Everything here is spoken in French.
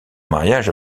mariage